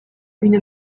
une